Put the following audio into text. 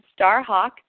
Starhawk